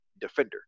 defender